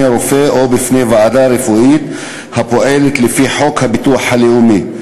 רופא או בפני ועדה רפואית הפועלת לפי חוק הביטוח הלאומי.